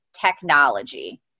technology